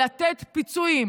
לתת פיצויים,